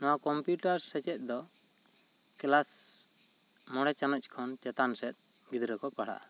ᱱᱚᱣᱟ ᱠᱚᱢᱯᱤᱭᱩᱴᱟᱨ ᱥᱮᱪᱮᱫ ᱫᱚ ᱠᱮᱞᱟᱥ ᱢᱚᱬᱮ ᱪᱟᱱᱟᱪ ᱠᱷᱚᱱ ᱪᱮᱛᱟᱱ ᱥᱮᱫ ᱜᱤᱫᱽᱨᱟᱹ ᱠᱚ ᱯᱟᱲᱦᱟᱜᱼᱟ